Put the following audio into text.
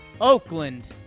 Oakland